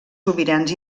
sobirans